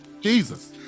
Jesus